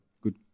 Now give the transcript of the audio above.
good